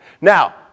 Now